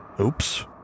oops